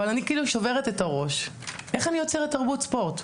אני שוברת את הראש איך אני יוצרת תרבות ספורט.